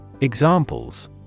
Examples